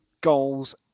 goals